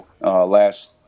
last